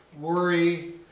worry